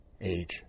age